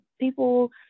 people